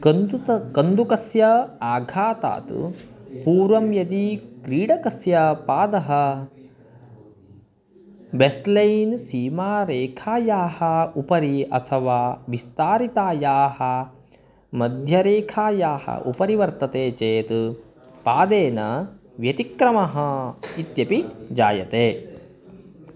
कन्दुकः कन्दुकस्य आघातात् पूर्वं यदि क्रीडकस्य पादः बेस् लैन् सीमारेखायाः उपरि अथवा विस्तारितायाः मध्यरेखायाः उपरि वर्तते चेत् पादेन व्यतिक्रमः इत्यपि जायते